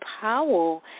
Powell